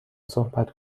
صحبت